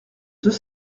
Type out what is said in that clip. deux